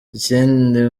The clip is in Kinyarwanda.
ikindi